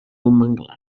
manglar